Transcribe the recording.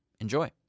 Enjoy